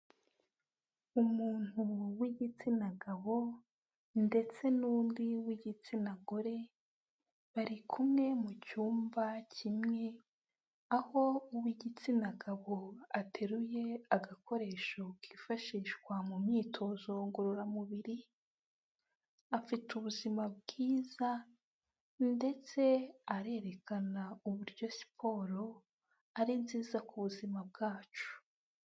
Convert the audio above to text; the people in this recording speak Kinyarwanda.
Umuntu w'igitsina gabo ndetse n'undi w'igitsina gore, bari kumwe mu cyumba kimwe aho uw'igitsina gabo ateruye agakoresho kifashishwa mu myitozo ngororamubiri, afite ubuzima bwiza ndetse arerekana uburyo siporo ari nziza ku buzima bwacu.